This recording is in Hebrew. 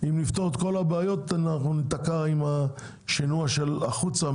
אם נפתור את כל הבעיות ניתקע עם השינוע החוצה.